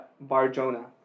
Bar-Jonah